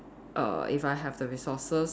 err if I have the resources